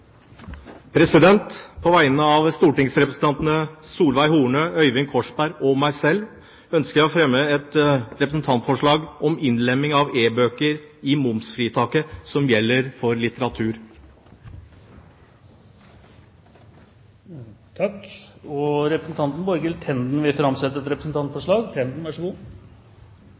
På vegne av stortingsrepresentantene Solveig Horne, Øyvind Korsberg og meg selv ønsker jeg å fremme et representantforslag om innlemming av e-bøker i merverdiavgiftsfritaket som gjelder for litteratur. Representanten Borghild Tenden vil framsette et representantforslag.